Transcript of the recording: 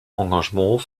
engagement